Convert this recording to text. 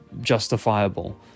justifiable